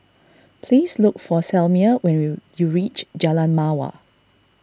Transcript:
please look for Selmer when you reach Jalan Mawar